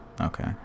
Okay